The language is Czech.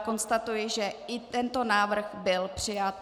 Konstatuji, že i tento návrh byl přijat.